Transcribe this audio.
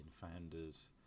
founders